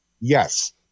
Yes